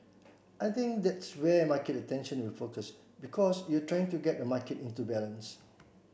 I think that's where market attention will focus because you're trying to get a market into balance